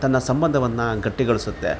ತನ್ನ ಸಂಬಂಧವನ್ನ ಗಟ್ಟಿಗೊಳಿಸುತ್ತೆ